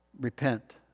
Repent